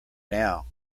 now